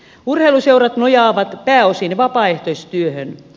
urheiluseurat nojaavat pääosin vapaaehtoistyöhön